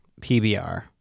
PBR